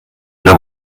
oder